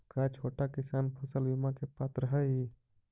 का छोटा किसान फसल बीमा के पात्र हई?